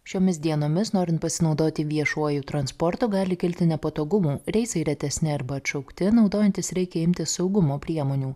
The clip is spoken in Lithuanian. šiomis dienomis norint pasinaudoti viešuoju transportu gali kilti nepatogumų reisai retesni arba atšaukti naudojantis reikia imtis saugumo priemonių